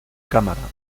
cámara